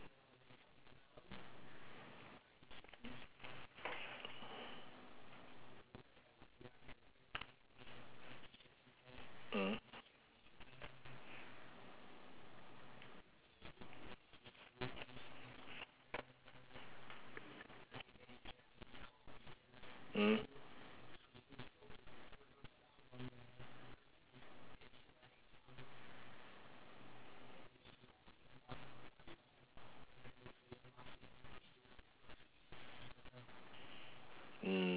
mmhmm mmhmm